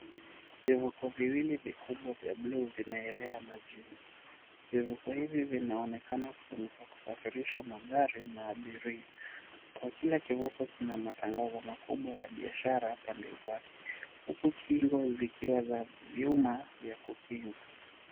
Vivuko viwili vikubwa vya bluu vinaelea majini. Vivuko hivi vinaonekana kutumika kusafirisha magari na abiria. Kwa kila kivuko kina matangazo makubwa ya biashara pande zake, huku kiungo zikiwa za vyuma vya kukinga.